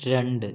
രണ്ട്